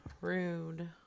Rude